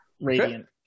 Radiant